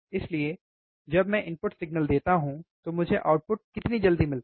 इसलिए जब मैं इनपुट सिग्नल देता हूं तो मुझे आउटपुट कितनी जल्दी मिलता है